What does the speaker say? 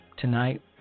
tonight